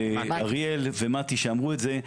אריאל ומתי אמרו את זה.